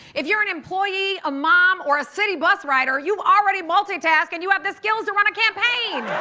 if you're an employee, a mom, or a city bus rider, you already multitask and you have the skills to run a campaign.